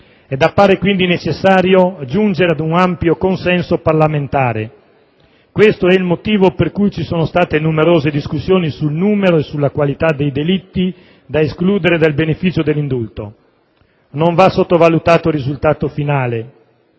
Appare quindi necessario giungere ad un ampio consenso parlamentare. Questo è il motivo per cui vi sono state numerose discussioni sul numero e la qualità dei delitti da escludere dal beneficio dell'indulto. Non va sottovalutato il risultato finale: